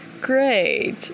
great